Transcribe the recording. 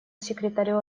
секретарю